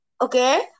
Okay